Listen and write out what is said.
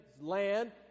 land